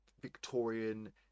Victorian